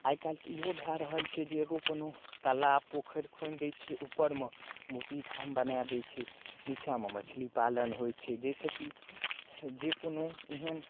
आइकाल्हि तऽ ईहो भए रहल छै जे एगो कोनो तालाब पोखरि खुनि दै छै ऊपरमे मुर्गी फार्म बना दै छै नीचामे मछली पालन होइ छै जाहिसँ कि जे कोनो एहन